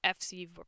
FC